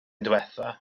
ddiwethaf